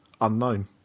unknown